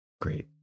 Great